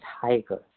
Tiger